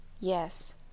Yes